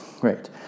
Great